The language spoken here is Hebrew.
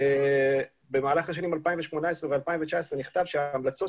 במהלך השנים 2018 ו-2019 נכתב שההמלצות